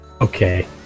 Okay